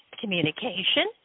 communication